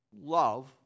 love